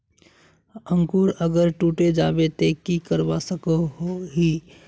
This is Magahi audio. अंकूर अगर टूटे जाबे ते की करवा सकोहो ही?